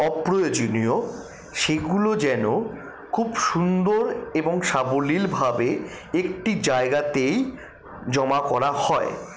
অপ্রয়োজনীয় সেগুলো যেন খুব সুন্দর এবং সাবলীলভাবে একটি জায়গাতেই জমা করা হয়